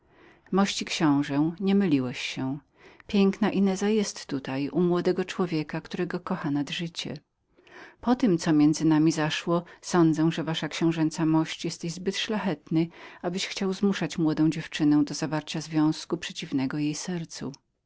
mości książe nie myliłeś się piękna ineza jest tutaj u młodego człowieka którego kocha nad życie potem co pomiędzy nami zaszło sądzę że wasza książęca mość jesteś zbyt szlachetnym abyś chciał zmuszać młodą dziewczynę do zawarcia związku przeciwnego jej sercu